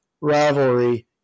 rivalry